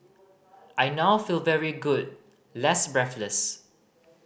I now feel very good less breathless